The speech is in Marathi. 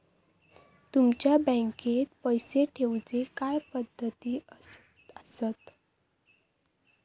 तुमच्या बँकेत पैसे ठेऊचे काय पद्धती आसत?